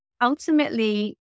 ultimately